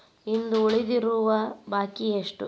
ಇಂದು ಉಳಿದಿರುವ ಬಾಕಿ ಎಷ್ಟು?